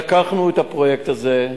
לקחנו את הפרויקט הזה.